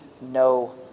no